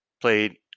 played